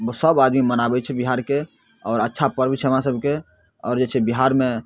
सब आदमी मनाबै छै बिहारके आओर अच्छा पर्ब छै हमरा सबकेँ आओर जे छै बिहारमे